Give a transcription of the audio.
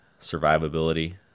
survivability